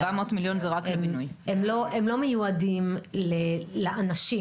הם לא מיועדים לאנשים.